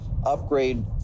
upgrade